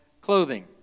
clothing